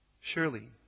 surely